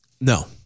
No